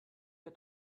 que